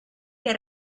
que